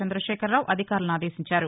చంద్రదశేఖరరావు అధికారులను ఆదేశించారు